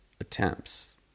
attempts